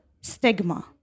stigma